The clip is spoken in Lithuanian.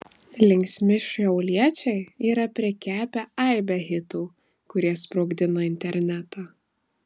linksmi šiauliečiai yra prikepę aibę hitų kurie sprogdina internetą